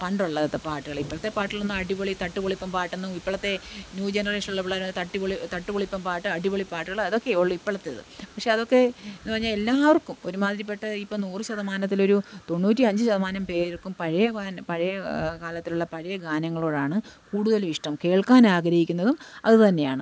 പണ്ടുള്ള പോലെത്തെ പാട്ടുകൾ ഇപ്പോഴത്തെ പാട്ടുകൾ എന്നാൽ അടിപൊളി തട്ടുപൊളിപ്പൻ പാട്ടൊന്നും ഇപ്പോഴത്തെ ന്യൂ ജനറേഷനിലുള്ള പിള്ളേരാണെങ്കിൽ തട്ടുപൊളി തട്ടുപൊളിപ്പൻ പാട്ട് അടിപൊളി പാട്ടുകൾ അതൊക്കെയെ ഉള്ളു ഇപ്പോഴത്തേത് പക്ഷേ അതൊക്കെ എന്നു പറഞ്ഞാൽ എല്ലാവർക്കും ഒരു മാതിരിപെട്ട ഇപ്പോൾ നൂറ് ശതമാനത്തിലൊരു തൊണ്ണൂറ്റി അഞ്ച് ശതമാനം പേർക്കും പഴയ പഴയ കാലത്തിലുള്ള പഴയ ഗാനങ്ങളോടാണ് കൂടുതലും ഇഷ്ടം കേൾക്കാൻ ആഗ്രഹിക്കുന്നതും അതു തന്നെയാണ്